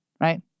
Right